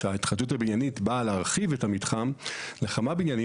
כשההתחדשות הבניינית באה להרחיב את המתחם לכמה בניינים,